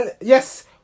Yes